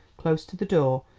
close to the door,